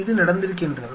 இது நடந்திருக்கின்றது